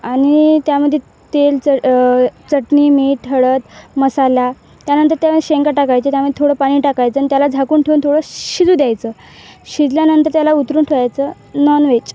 आणि त्यामध्ये तेल चट चटणी मीठ हळद मसाला त्यानंतर त्यामध्ये शेंगा टाकायच्या त्यामध्ये थोडं पाणी टाकायचं आणि त्याला झाकून ठेवून थोडं शिजू द्यायचं शिजल्यानंतर त्याला उतरून ठेवायचं नॉनव्हेज